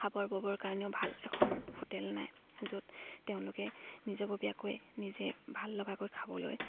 খাবৰ ববৰ কাৰণেও ভাল এখন হোটেল নাই য'ত তেওঁলোকে নিজবীয়াকৈ নিজে ভাল লগাকৈ খাবলৈ